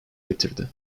getirdi